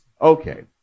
Okay